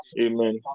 Amen